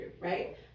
right